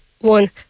one